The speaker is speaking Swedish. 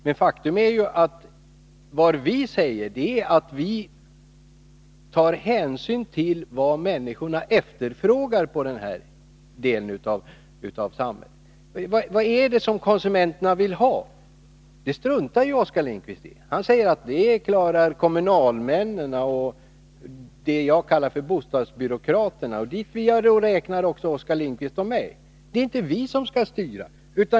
Men faktum är att vi tar hänsyn till vad människorna efterfrågar på detta område av samhället. Vad är det som konsumenterna vill ha? Det struntar Oskar Lindkvist i. Enligt Oskar Lindkvist klarar kommunalmännen och de som jag kallar för bostadsbyråkrater av det. Till bostadsbyråkraterna vill jag också räkna Oskar Lindkvist och mig. Det är inte vi som skall styra.